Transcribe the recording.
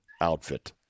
outfit